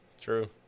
True